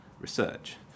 research